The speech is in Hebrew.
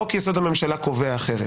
חוק-יסוד: הממשלה קובע אחרת.